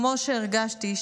כמו שהרגשתי,